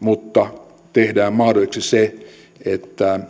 mutta tehdään mahdolliseksi se että